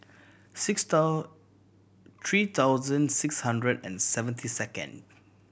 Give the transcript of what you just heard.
six three thousand six hundred and seventy second